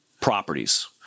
properties